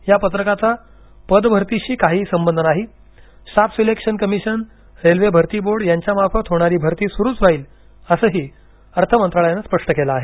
या पत्रकाचा पद भरतीशी काही संबंध नाही स्टाफ सिलेक्शन कमिशन रेल्वे भरती बोर्ड यांच्यामार्फत होणारी भरती सुरू राहील असंही असंही अर्थ मंत्रालयानं स्पष्ट केलं आहे